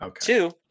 Two